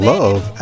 Love